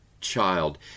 child